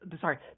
sorry